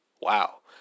wow